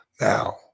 Now